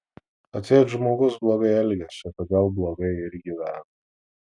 atseit žmogus blogai elgiasi todėl blogai ir gyvena